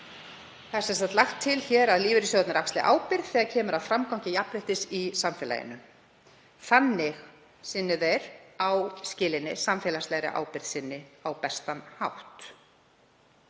Hér er lagt til að lífeyrissjóðirnir axli ábyrgð þegar kemur að framgangi jafnréttis í samfélaginu. Þannig sinni þeir áskilinni samfélagslegri ábyrgð sinni á bestan hátt.